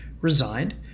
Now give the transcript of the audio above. resigned